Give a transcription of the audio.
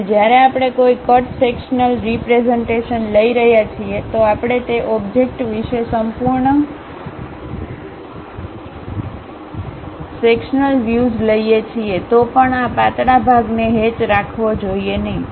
અને જ્યારે આપણે કોઈ કટ સેક્શન્લ રીપ્રેઝન્ટેશનલઈ રહ્યા છીએ જો આપણે તે ઓબ્જેક્ટ વિશે સંપૂર્ણ સેક્શન્લ વ્યુઝ લઈએ છીએ તો પણ આ પાતળા ભાગને હેચ રાખવો જોઈએ નહીં